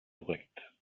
korrekt